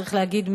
צריך להגיד,